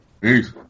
Peace